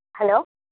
hello